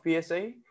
PSA